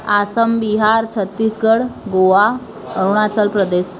Assam Bihar Chhattisgarh Goa Arunachal Pradesh